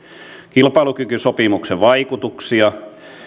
kilpailukykysopimuksen vaikutuksia